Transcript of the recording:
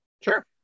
Sure